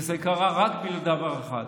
וזה קרה רק בגלל דבר אחד: